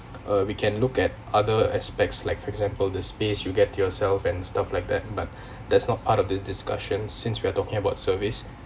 uh we can look at other aspects like for example the space you get to yourself and stuff like that but that's not part of the discussions since we are talking about service